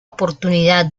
oportunidad